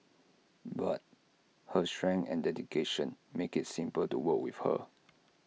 but her strength and dedication makes IT simple to work with her